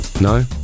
No